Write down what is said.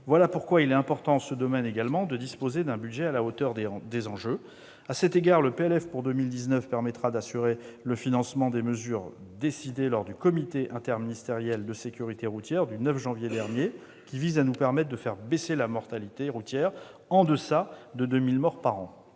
Voilà pourquoi il est important, en ce domaine également, de disposer d'un budget à la hauteur des enjeux. À cet égard, le PLF pour 2019 permettra d'assurer le financement des mesures décidées lors du comité interministériel de sécurité routière du 9 janvier dernier, mesures qui visent à nous permettre de faire passer la mortalité routière sous les 2 000 morts par an.